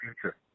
future